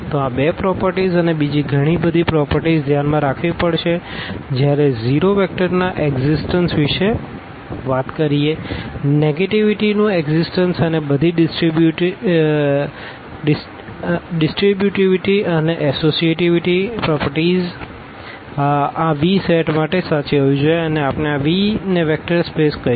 તો આ બે પ્રોપરટીઝ અને બીજી ગણી બધી પ્રોપરટીઝ ધ્યાન માં રાખવી પડશે જયારે ઝીરો વેક્ટર ના એક્ષિસટન્સ વિષે વાત કરીએ નેગેટીવીટી નું એક્ષિસટન્સ અને બધી ડીસટ્રીબ્યુટરી અને એસ્સોસીએટીવીટી પ્રોપરટીઝઆ V સેટ માટે સાચી હોવી જોઈએ અને આપણે આ V ને વેક્ટર સ્પેસ કહીશું